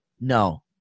No